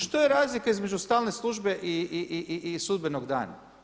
Što je razlika između stalne službe i sudbenog dana?